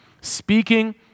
Speaking